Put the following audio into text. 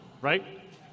right